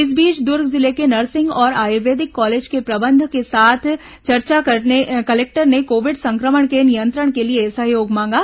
इस बीच दुर्ग जिले के नर्सिंग और आयुर्वेदिक कॉलेज के प्रबंधन के साथ चर्चा कर कलेक्टर ने कोविड संक्रमण के नियंत्रण के लिए सहयोग मांगा